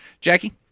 Jackie